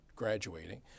graduating